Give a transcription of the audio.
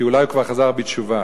כי אולי הוא כבר חזר בתשובה